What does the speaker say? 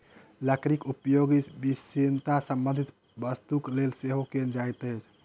लकड़ीक उपयोग विलासिता संबंधी वस्तुक लेल सेहो कयल जाइत अछि